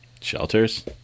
Shelters